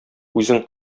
үзең